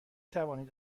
توانید